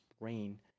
brain